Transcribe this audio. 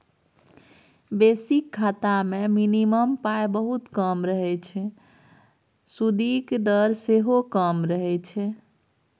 basic खाता मे minimum पाइ बहुत कम रहय छै सुदिक दर सेहो कम रहय छै